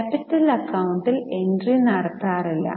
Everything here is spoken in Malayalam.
ക്യാപിറ്റൽ അക്കൌണ്ടിൽ എൻട്രി നടത്താറില്ല